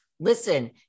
Listen